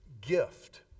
gift